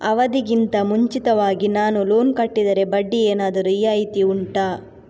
ಅವಧಿ ಗಿಂತ ಮುಂಚಿತವಾಗಿ ನಾನು ಲೋನ್ ಕಟ್ಟಿದರೆ ಬಡ್ಡಿ ಏನಾದರೂ ರಿಯಾಯಿತಿ ಉಂಟಾ